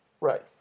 Right